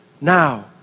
now